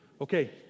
Okay